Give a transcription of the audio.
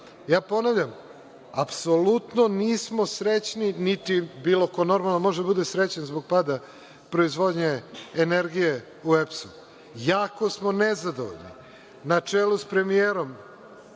pada. Ponavljam, apsolutno nismo srećni, niti bilo ko normalan može da bude srećan zbog pada proizvodnje energije u EPS-u. Jako smo nezadovoljni na čelu sa premijerom,